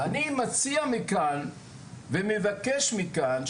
ואני מציע מכאן ומבקש מכאן,